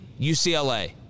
UCLA